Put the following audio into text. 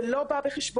זה לא בא בחשבון,